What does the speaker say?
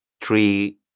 three